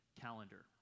calendar